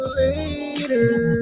later